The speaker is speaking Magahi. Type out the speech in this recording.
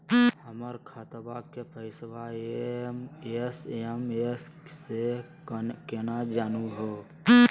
हमर खतवा के पैसवा एस.एम.एस स केना जानहु हो?